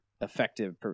effective